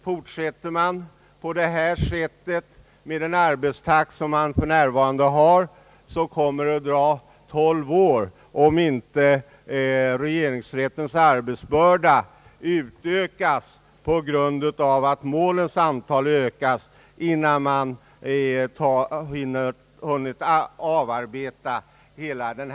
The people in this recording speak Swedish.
Fortsätter man på detta sätt med nuvarande arbetstakt kommer det att ta tolv år, om inte regeringsrättens arbetsbörda utökas på grund av att målens antal ökas, innan man hunnit avarbeta hela balansen.